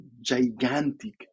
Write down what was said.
gigantic